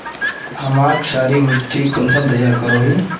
हमार क्षारी मिट्टी कुंसम तैयार करोही?